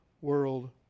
world